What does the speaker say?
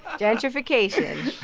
gentrification